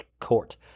court